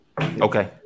okay